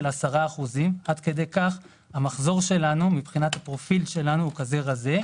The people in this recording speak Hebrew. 10%. המחזור שלנו מבחינת הפרופיל הוא כזה רזה.